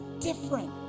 different